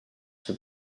for